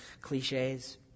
cliches